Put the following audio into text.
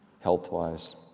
health-wise